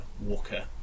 walker